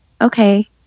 okay